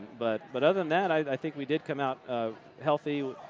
but but other than that, i think we did come out ah healthy.